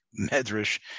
medrash